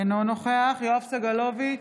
אינו נוכח יואב סגלוביץ'